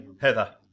Heather